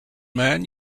man